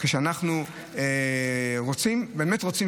כשאנחנו באמת רוצים,